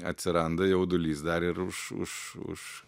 atsiranda jaudulys dar ir už už už